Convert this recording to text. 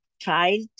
child